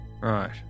Right